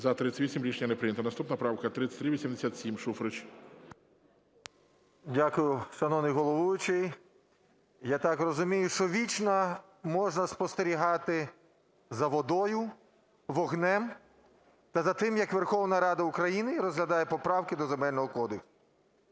За-38 Рішення не прийнято. Наступна правка 3387 Шуфрич. 18:10:48 ШУФРИЧ Н.І. Дякую. Шановний головуючий, я так розумію, що вічно можна спостерігати за водою, вогнем та за тим, як Верховна Рада України розглядає поправки до Земельного кодексу.